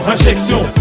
injection